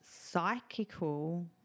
Psychical